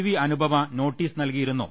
V Anupama notice നൽകിയിരു ന്നു